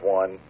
one